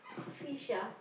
fish ah